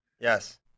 Yes